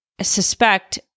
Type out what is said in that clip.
suspect